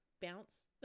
bounce